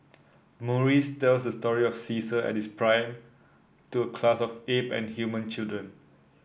Maurice's tells the story of Caesar at his prime to a class of ape and human children